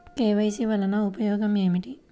KYC వలన ఉపయోగం ఏమిటీ?